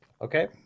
okay